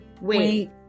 wait